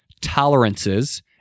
tolerances